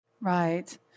Right